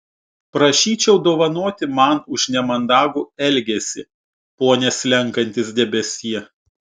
prašyčiau dovanoti man už nemandagų elgesį pone slenkantis debesie